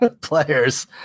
players